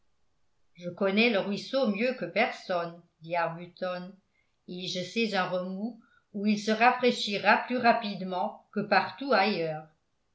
je connais le ruisseau mieux que personne dit arbuton et je sais un remous où il se rafraîchira plus rapidement que partout ailleurs